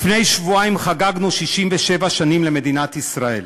לפני שבועיים חגגנו 67 שנים למדינת ישראל.